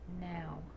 now